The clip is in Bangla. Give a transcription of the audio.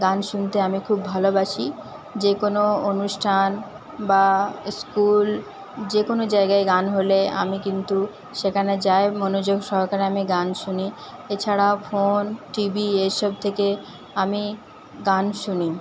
গান শুনতে আমি খুব ভালোবাসি যেকোনো অনুষ্ঠান বা স্কুল যেকোনো জায়গায় গান হলে আমি কিন্তু সেখানে যাই মনোযোগ সহকারে আমি গান শুনি এছাড়াও ফোন টিভি এসব থেকে আমি গান শুনি